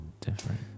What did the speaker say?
different